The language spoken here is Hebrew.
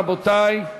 רבותי,